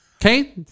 Okay